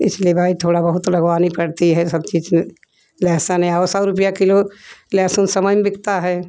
इसलिए भाई थोड़ी बहुत लगनी पड़ती है सब चीज़ लहसुन है सौ रुपया किलो लहसुन समय में बिकता है